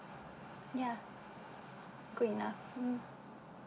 ya good enough mm